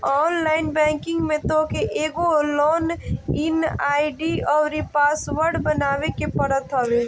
online banking में तोहके एगो लॉग इन आई.डी अउरी पासवर्ड बनावे के पड़त हवे